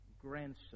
grandson